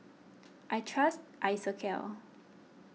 I trust Isocal